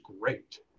great